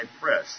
press